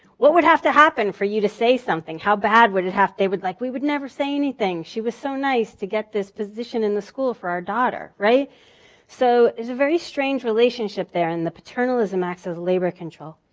what would have to happen for you to say something? how bad would it have? they were like, we would never say anything. she was so nice to get this position in the school for our daughter. so it's a very strange relationship there in the paternalism acts as labor control.